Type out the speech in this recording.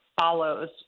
follows